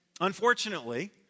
Unfortunately